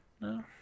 No